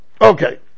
Okay